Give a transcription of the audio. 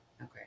Okay